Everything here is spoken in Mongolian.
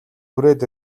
хүрээд